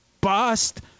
bust